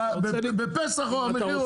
בפסח המחיר עולה,